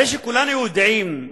הרי כולנו יודעים,